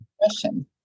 question